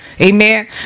Amen